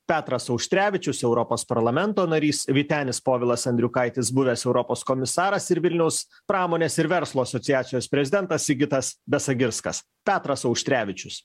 petras auštrevičius europos parlamento narys vytenis povilas andriukaitis buvęs europos komisaras ir vilniaus pramonės ir verslo asociacijos prezidentas sigitas besagirskas petras auštrevičius